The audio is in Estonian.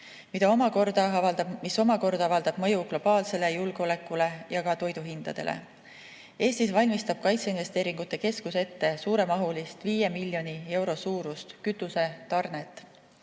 mis omakorda avaldab mõju globaalsele julgeolekule ja toiduhindadele. Eestis valmistab kaitseinvesteeringute keskus ette suuremahulist, 5 miljonit eurot maksvat kütusetarnet,